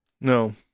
No